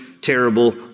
terrible